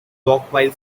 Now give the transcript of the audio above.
rockville